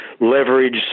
leverage